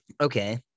Okay